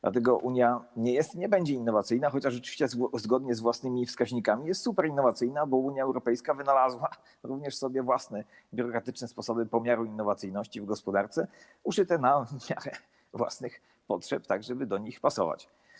Dlatego Unia nie jest i nie będzie innowacyjna, chociaż rzeczywiście zgodnie z własnymi wskaźnikami jest superinnowacyjna - bo Unia Europejska wynalazła sobie również własne biurokratyczne sposoby pomiaru innowacyjności w gospodarce, tak uszyte na miarę własnych potrzeb, żeby do nich pasować.